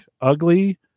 ugly